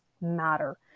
matter